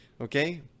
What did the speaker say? okay